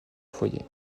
foyer